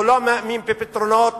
הוא לא מאמין בפתרונות,